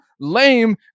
lame